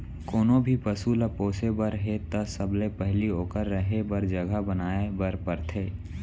कोनों भी पसु ल पोसे बर हे त सबले पहिली ओकर रहें बर जघा बनाए बर परथे